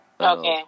Okay